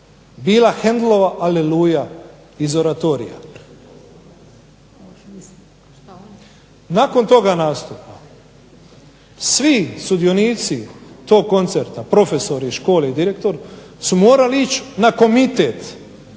bila Haendelova "Aleluja" iz oratorija. Nakon toga nastupa svi sudionici tog koncerta, profesori iz škole i direktor su morali ići na komitet